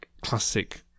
classic